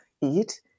eat